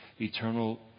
eternal